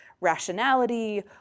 rationality